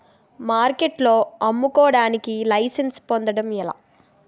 మార్కెట్లో అమ్ముకోడానికి లైసెన్స్ పొందడం ఎలా?